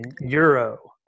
Euro